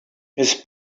his